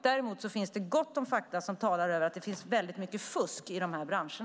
Däremot finns det gott om fakta som säger att det finns mycket fusk i dessa branscher.